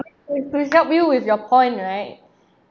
to help you with your point right